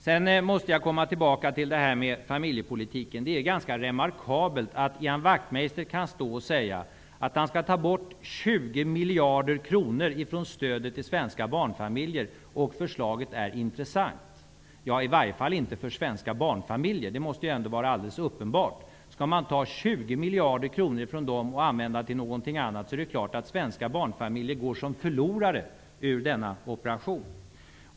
Jag måste gå tillbaka till familjepolitiken. Det är ganska remarkabelt att Ian Wachtmeister kan stå och säga att han skall ta bort 20 miljarder kronor från stödet till svenska barnfamiljer och att det förslaget är intressant. Det är det inte för svenska barnfamiljer -- det måste vara helt uppenbart. Om man skall ta bort 20 miljarder kronor från dem och använda till någonting annat är det klart att svenska barnfamiljer går som förlorare ur denna operation.